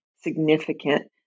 significant